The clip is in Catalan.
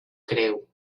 creu